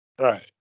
Right